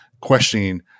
questioning